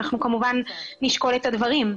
אנחנו כמובן נשקול את הדברים.